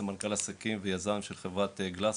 סמנכ"ל עסקים ויזם של חברת גלאסבוקס,